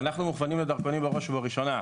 אנחנו מוכוונים לדרכונים בראש ובראשונה.